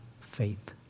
faith